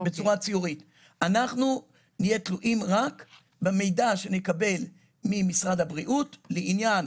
אנחנו נהיה תלויים רק במידע שנקבל ממשרד הבריאות לעניין